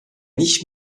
nicht